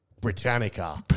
Britannica